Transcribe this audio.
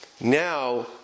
now